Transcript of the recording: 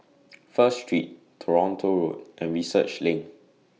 First Street Toronto Road and Research LINK